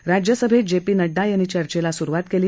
तर राज्यसभेत J P Nadda यांनी चर्चेला सुरूवात केली